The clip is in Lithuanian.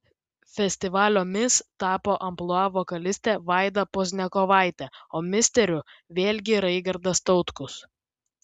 festivalio mis tapo amplua vokalistė vaida pozniakovaitė o misteriu vėlgi raigardas tautkus